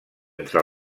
entre